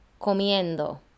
comiendo